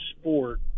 sport